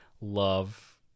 love